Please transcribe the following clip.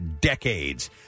decades